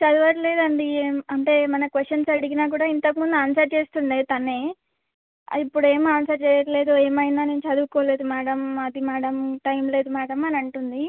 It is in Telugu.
చదవట్లేదండి ఏం అంటే ఏమైనా క్వషన్స్ అడిగినా కూడా ఇంతకుముందు ఆన్సర్ చేస్తుండే తనే అది ఇప్పుడు ఏం ఆన్సర్ చేయట్లేదు ఏమైనా నేను చదువుకోలేదు మ్యాడం అది మ్యాడం టైం లేదు మ్యాడం అని అంటుంది